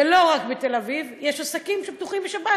ולא רק בתל-אביב, יש עסקים שפתוחים בשבת.